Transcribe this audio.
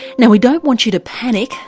now, we don't want you to panic,